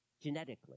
genetically